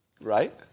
Right